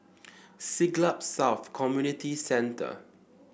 Siglap South Community Centre